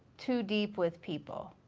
too deep with people.